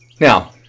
Now